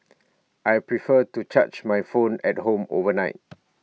I prefer to charge my phone at home overnight